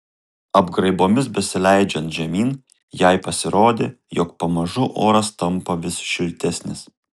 apgraibomis besileidžiant žemyn jai pasirodė jog pamažu oras tampa vis šiltesnis